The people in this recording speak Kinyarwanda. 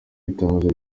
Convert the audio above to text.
itangazo